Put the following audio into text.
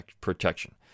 protection